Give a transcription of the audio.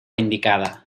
indicada